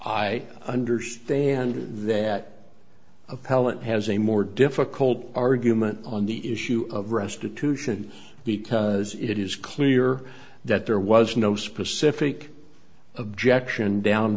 i understand that appellant has a more difficult argument on the issue of restitution because it is clear that there was no specific objection